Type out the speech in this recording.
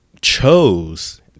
chose